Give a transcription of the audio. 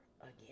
again